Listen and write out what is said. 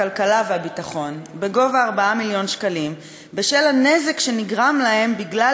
הכלכלה והביטחון בגובה 4 מיליון שקלים בשל הנזק שנגרם להם בגלל